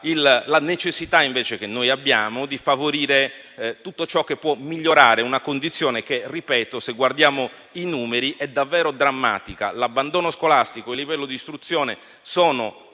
necessità di favorire tutto ciò che può migliorare una condizione che - lo ripeto - se guardiamo i numeri è davvero drammatica. L'abbandono scolastico e il livello di istruzione sono